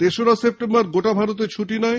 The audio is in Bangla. তেসরা সেপ্টেম্বর গোটা ভারতে ছুটি নয়